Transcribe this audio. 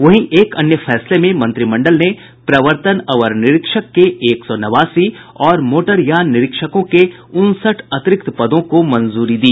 वहीं एक अन्य फैसले में मंत्रिमंडल ने प्रर्वतन अवर निरीक्षक के एक सौ नवासी और मोटरयान निरीक्षकों के उनसठ अतिरिक्त पदों को मंजूरी दी